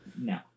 No